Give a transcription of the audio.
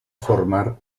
formar